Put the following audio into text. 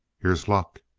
here's luck!